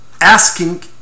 asking